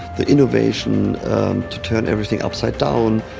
the innovation to turn everything upside down,